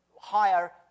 higher